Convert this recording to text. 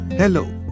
Hello